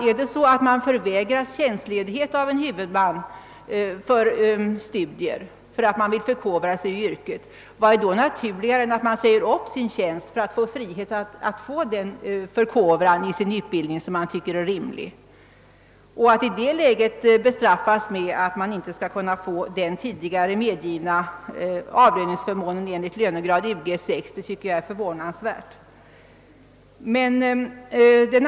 Är det så att man förvägras tjänstledighet av en huvudman för att utbilda sig vidare i sitt yrke, vad är då naturligare än att man säger upp sin tjänst för att få frihet att förkovra sig så som man finner rimligt? Att de i det läget skall bestraffas med att inte få den tidigare medgivna avlöningsförmånen enligt lönegrad Ug6 är förvånansvärt.